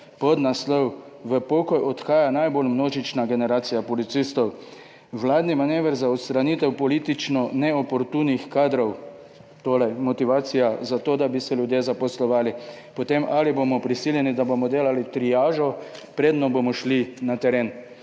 Podnaslov V pokoj odhaja najbolj množična generacija policistov. Vladni manever za odstranitev politično neoportunih kadrov? Torej motivacija za to, da bi se ljudje zaposlovali. Potem še en, Ali bomo prisiljeni, da bomo delali triažo, preden bomo šli na teren?